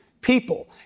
people